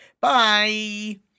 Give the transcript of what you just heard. Bye